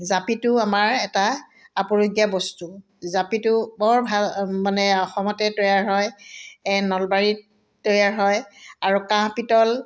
জাপিটো আমাৰ এটা আপৰুগীয়া বস্তু জাপিটো বৰ ভাল মানে অসমতে তৈয়াৰ হয় নলবাৰীত তৈয়াৰ হয় আৰু কাঁহ পিতল